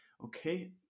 okay